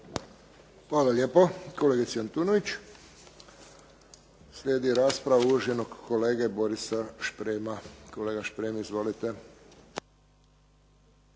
Hvala lijepo kolegici Antunović. Slijedi rasprava uvaženog kolege Borisa Šprema. Kolega Šprem izvolite.